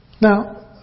Now